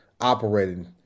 operating